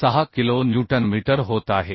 06 kilo newton metre होत आहे